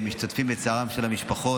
משתתפים בצערן של המשפחות.